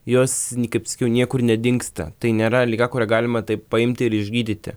jos kaip sakiau niekur nedingsta tai nėra liga kurią galima taip paimti ir išgydyti